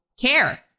care